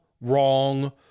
wrong